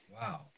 Wow